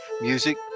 Music